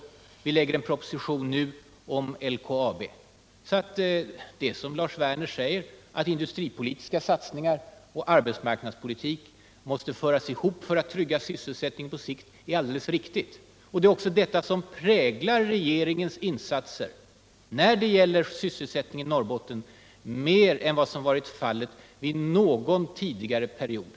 Regeringen lägger också fram en proposition om LKAB. Det är således riktigt som Lars Werner säger, att industripolitiska och arbetsmarknadspolitiska satsningar måste föras ihop för att man skall kunna trygga sysselsättningen på sikt. Men det är också just detta som präglar regeringens insatser när det gäller sysselsättningen i Norrbotten mer än som varit fallet vid någon tidigare period.